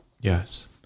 Yes